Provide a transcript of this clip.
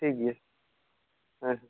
ᱴᱷᱤᱠ ᱜᱮᱭᱟ ᱦᱮᱸ